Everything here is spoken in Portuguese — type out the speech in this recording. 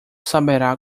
saberá